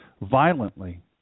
violently